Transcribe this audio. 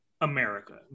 America